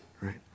right